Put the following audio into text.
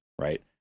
right